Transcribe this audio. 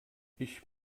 ich